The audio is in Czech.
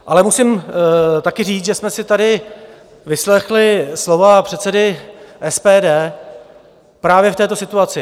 Ale musím taky říct, že jsme si tady vyslechli slova předsedy SPD právě k této situaci.